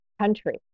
country